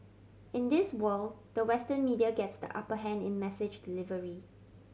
in this world the Western media gets the upper hand in message delivery